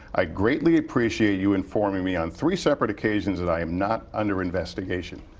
i greatly appreciate you informing me on three separate occasions that i am not under investigation.